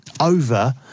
over